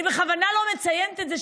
אני בכוונה לא מציינת את זה,